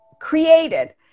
created